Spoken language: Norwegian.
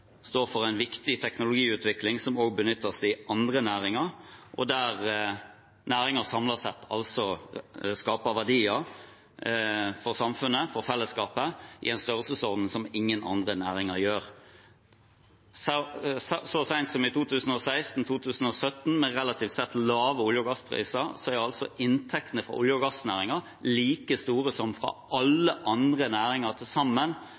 står for en viktig teknologiutvikling som også benyttes i andre næringer, og der næringen samlet sett skaper verdier for samfunnet, for fellesskapet, i en størrelsesorden som ingen andre næringer gjør. Så sent som i 2016–2017, med relativt sett lave olje- og gasspriser, var altså inntektene fra olje- og gassnæringen like store som fra alle andre næringer til sammen,